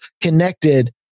connected